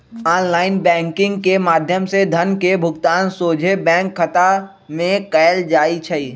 online banking के माध्यम से धन के भुगतान सोझे बैंक खता में कएल जाइ छइ